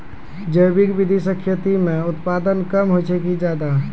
जैविक विधि से खेती म उत्पादन कम होय छै कि ज्यादा?